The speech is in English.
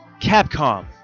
Capcom